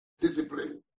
discipline